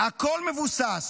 הכול מבוסס.